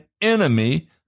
enemy